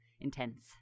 intense